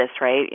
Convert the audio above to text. right